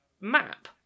map